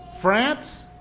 France